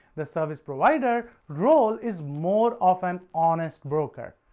the service provider role is more of an honest broker,